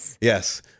Yes